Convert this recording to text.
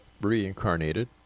reincarnated